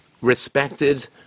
respected